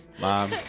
Mom